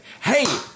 Hey